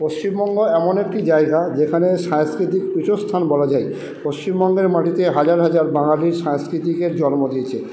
পশ্চিমবঙ্গ এমন একটি জায়গা যেখানে সাংস্কৃতিক পীঠস্থান বলা যায় পশ্চিমবঙ্গের মাটিতে হাজার হাজার বাঙালির সংস্কৃতিকের জন্ম দিয়েছে